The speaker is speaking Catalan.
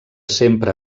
sempre